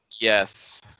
Yes